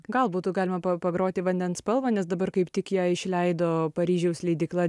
gal būtų galima pagroti vandens spalvą nes dabar kaip tik ją išleido paryžiaus leidykla